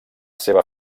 seua